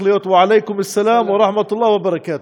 להיות: ועליכֻּם א-סלאם ורחמת אללה וברכתו.